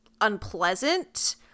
unpleasant